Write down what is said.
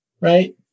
right